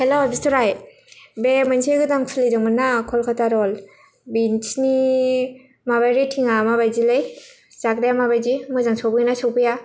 हेल' बिथ'राय बे गोदान खुलिदोंमोन ना क'लकाता रल बिसिनि माबा रेटिंआ मा बायदिलै जाग्राया मा बायदि मोजां सफैयो ना सफैया